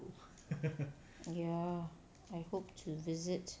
ya I hope to visit